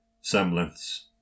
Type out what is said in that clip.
semblance